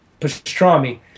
pastrami